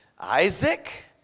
Isaac